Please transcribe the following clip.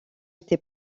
été